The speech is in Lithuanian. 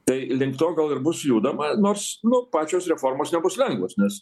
tai link to gal ir bus judama nors nu pačios reformos nebus lengvos nes